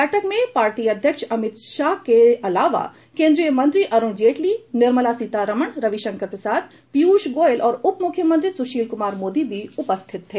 बैठक में पार्टी अध्यक्ष अमित शाह के अलावा केन्द्रीय मंत्री अरुण जेटली निर्मला सीतारमण रविशंकर प्रसाद पीयूष गोयल और उपमुख्यमंत्री सुशील कुमार मोदी भी उपस्थित थे